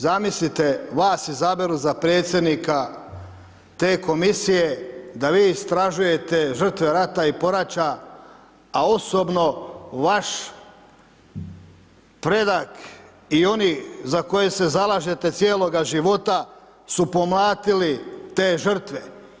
Zamislite vas izaberu za predsjednika te komisije da vi istražujete žrtve rate i poračja, a osobno vaš predak i oni za koje se zalažete cijeloga života su premlatiti te žrtve.